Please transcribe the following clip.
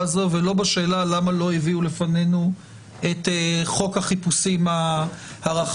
הזו ולא בשאלה למה לא הביאו לפנינו את חוק החיפושים הרחב.